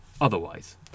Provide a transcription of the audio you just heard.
otherwise